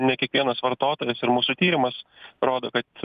ne kiekvienas vartotojas ir mūsų tyrimas rodo kad